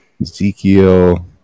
Ezekiel